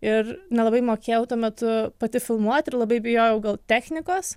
ir nelabai mokėjau tuo metu pati filmuoti ir labai bijojau gal technikos